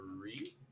three